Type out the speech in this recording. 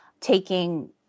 taking